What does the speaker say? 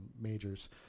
majors